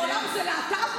ועדיין,